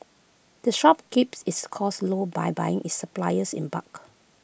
the shop keeps its costs low by buying its suppliers in bulk